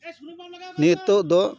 ᱱᱤᱛᱳᱜ ᱫᱚ